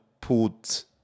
put